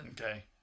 okay